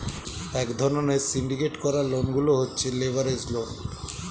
এক ধরণের সিন্ডিকেট করা লোন গুলো হচ্ছে লেভারেজ লোন